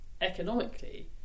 economically